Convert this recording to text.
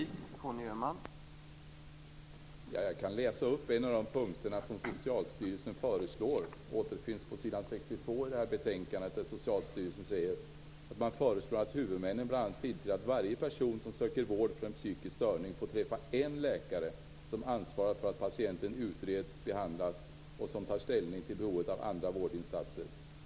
Herr talman! Jag kan läsa upp en text om en av de åtgärder som Socialstyrelsen föreslår. Den återfinns på s. 62 i betänkandet. Socialstyrelsen föreslår att huvudmännen bl.a. tillser att varje person som söker vård för en psykisk störning skall få träffa en läkare som ansvarar för att patienten utreds och behandlas och som tar ställning till behovet av andra vårdinsatser.